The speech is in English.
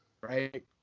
Right